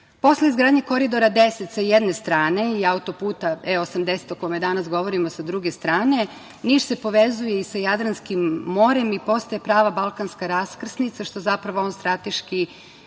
izgradnje Koridora 10 sa jedne strane i autoputa E80, o kome danas govorimo, sa druge strane Niš se povezuje i sa Jadranskim morem i postaje prava balkanska raskrsnica, što zapravo on strateški